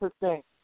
percent